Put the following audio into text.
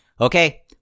Okay